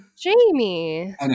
Jamie